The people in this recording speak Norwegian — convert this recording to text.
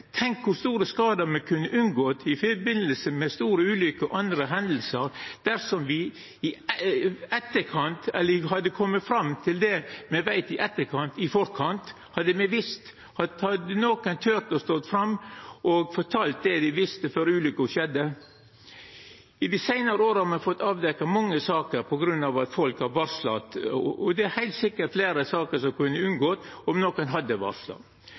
Tenk kor store skadar me kunne unngått i samband med store ulukker og andre hendingar dersom me i forkant hadde kome fram til det me veit i etterkant, om nokon hadde tort å stå fram og fortalt det dei visste før ulukka skjedde. I dei seinare åra har me fått avdekt mange saker fordi folk har varsla, og det er heilt sikkert fleire saker som kunne ha vore unngått om nokon hadde varsla.